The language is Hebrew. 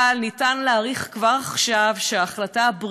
אבל אפשר להעריך כבר עכשיו שההחלטה של